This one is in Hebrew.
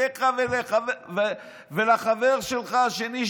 אליך ולחבר שלך השני,